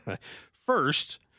First